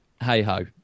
hey-ho